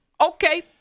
Okay